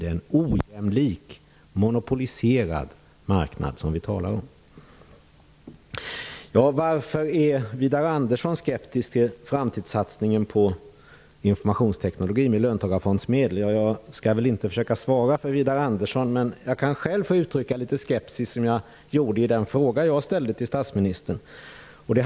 Det är en ojämlik, monopoliserad marknad vi talar om. Varför är Widar Andersson skeptisk till framtidssatsningen på informationsteknologi med löntagarfondsmedel? Jag skall inte försöka svara för Widar Andersson, men jag kan själv uttrycka litet skepsis, som jag gjorde i den fråga som jag ställde till statsministern.